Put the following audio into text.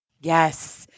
Yes